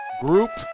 group